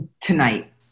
Tonight